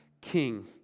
king